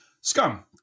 scum